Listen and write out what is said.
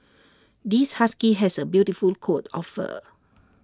this husky has A beautiful coat of fur